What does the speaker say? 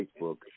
Facebook